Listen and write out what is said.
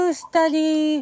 study